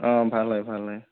অ ভাল হয় ভাল হয়